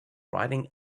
riding